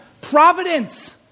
providence